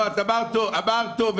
אמרת טוב,